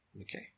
Okay